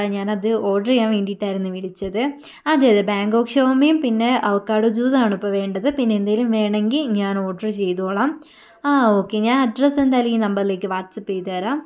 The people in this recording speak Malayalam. ഞാനത് ഓർഡറ് ചെയ്യാൻ വേണ്ടീട്ടായിരിന്നു വിളിച്ചത് അതെ അതെ ബാങ്കോക്ക് ഷവർമയും പിന്നെ അവക്കാഡോ ജ്യൂസും ആണ് ഇപ്പം വേണ്ടത് പിന്നെ എന്തേലും വേണമെങ്കിൽ ഞാൻ ഓർഡറ് ചെയ്തോളാം ആ ഓക്കെ ഞാൻ അഡ്രസ്സെന്തായാലും ഈ നമ്പറിലേക്ക് വാട്സപ്പ് ചെയ്തുതരാം